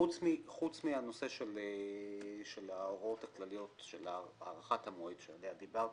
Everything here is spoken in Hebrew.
חוץ מהנושא של ההוראות הכלליות של הארכת המועד עליה דיברת,